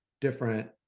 different